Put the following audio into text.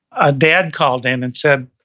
a dad called in and said,